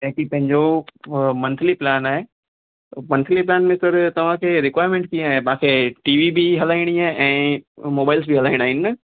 हिकिड़ी पंहिंजो monthly plan आहे मंथली प्लान में सर तव्हांखे रिक्वायर्मेंट कीअं आहे तव्हांखे टी वी बी वी हलाइणी आहे ऐं मोबाइल्स बि हलाइणा आहिनि न